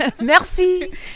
Merci